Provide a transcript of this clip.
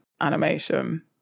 animation